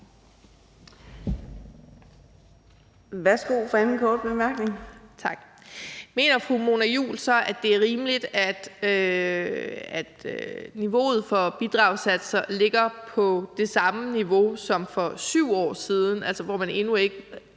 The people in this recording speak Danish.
Lisbeth Bech-Nielsen (SF): Tak. Mener fru Mona Juul så, at det er rimeligt, at niveauet for bidragssatser ligger på det samme niveau, som for 7 år siden, altså hvor man endnu ikke